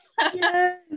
yes